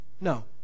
No